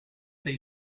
they